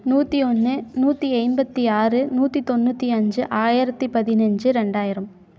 நூற்றி ஒன்று நூற்றி ஐம்பத்து ஆறு நூற்றி தொண்ணூற்றி அஞ்சு ஆயிரத்து பதினைஞ்சு ரெண்டாயிரம்